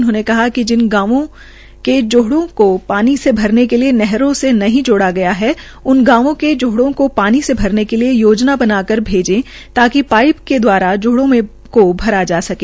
उन्होंने कहा कि जिन गांवो के जोहडो को पानी से भरने के लिए नहरों से नहीं जोडा गया है उन गांवों के जोहडो को पानी से भरने के लिए योजना बनाकर भैजे ताकि पाईप के दवारा जोहडो को भरा जा सकें